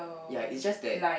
ya is just that